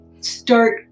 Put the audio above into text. start